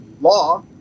law